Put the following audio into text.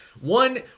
One